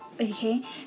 okay